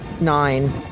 nine